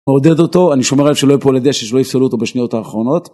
מעודד אותו, אני שומר עליו שלא יפול לדשא שלא יפסלו אותו בשניות האחרונות